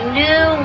new